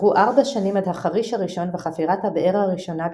עברו ארבע שנים עד החריש הראשון וחפירת הבאר הראשונה,